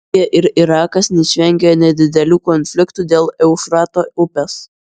sirija ir irakas neišvengė nedidelių konfliktų dėl eufrato upės